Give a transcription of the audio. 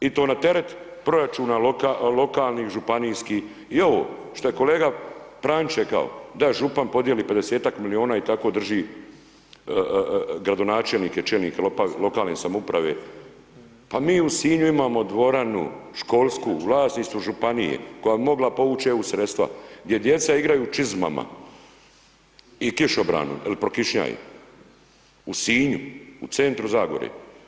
I to na teret proračuna lokalnih, županijskih, i evo, što je kolega Pranić rekao, da župan podijeli 50-ak milijuna i tako drži gradonačelnike, čelnike lokalne samouprave, pa mi u Sinju imamo dvoranu, školsku, u vlasništvu Županije koja bi mogla povuć' EU sredstva, gdje djeca igraju u čizmama i kišobranom, jer prokišnjaje, u Sinju, u centru Zagore.